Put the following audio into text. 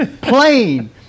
plain